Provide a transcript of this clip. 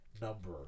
number